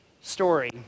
story